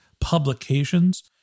publications